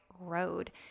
road